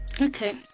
Okay